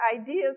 ideas